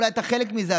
אולי אתה חלק מזה,